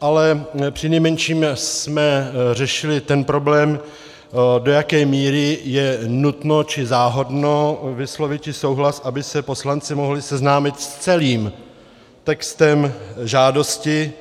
Ale přinejmenším jsme řešili ten problém, do jaké míry je nutno či záhodno vysloviti souhlas, aby se poslanci mohli seznámit s celý textem žádosti,